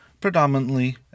predominantly